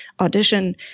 audition